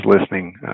listening